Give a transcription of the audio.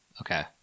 Okay